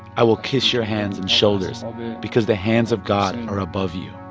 i will kiss your hands and shoulders because the hands of god are above you